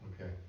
Okay